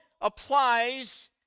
applies